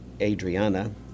Adriana